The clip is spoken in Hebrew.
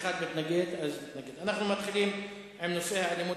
אז אנחנו מתחילים עם נושא האלימות,